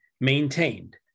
maintained